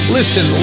Listen